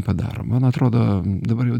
padaro man atrodo dabar jau